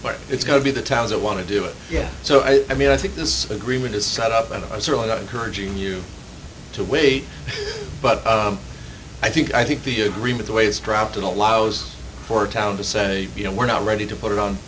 but it's going to be the towns that want to do it yeah so i mean i think this agreement is set up and i'm certainly not encouraging you to wait but i think i think the agreement the way it's dropped in allows for town to say you know we're not ready to put it on